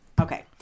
Okay